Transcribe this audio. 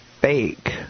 fake